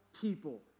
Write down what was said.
people